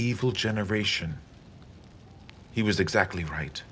evil generation he was exactly right